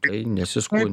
kai nesiskundi